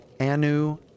Anu